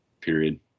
period